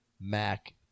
Mac